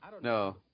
No